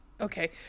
Okay